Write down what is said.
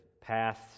paths